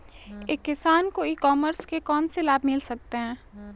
एक किसान को ई कॉमर्स के कौनसे लाभ मिल सकते हैं?